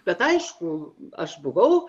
bet aišku aš buvau